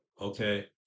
okay